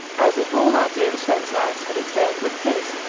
as if all our dearest friends' lives had exhaled with his?